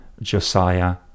Josiah